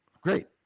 great